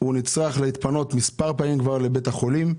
הוא נצרך להתפנות מספר פעמים לבית החולים.